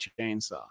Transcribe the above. chainsaw